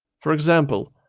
for example,